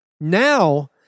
Now